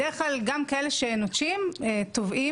בדרך כלל גם כאלה שנוטשים תובעים.